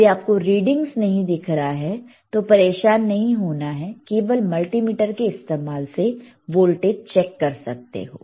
यदि आपको रीडिंग्स नहीं दिख रहा है तो परेशान नहीं होना है केवल मल्टीमीटरके इस्तेमाल से आप वोल्टेज चेक कर सकते हैं